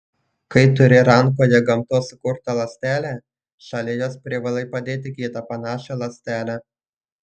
kai turi rankoje gamtos sukurtą ląstelę šalia jos privalai padėti kitą panašią ląstelę